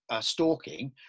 stalking